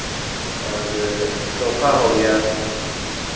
और सोफा हो गया